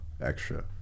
extra